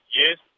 yes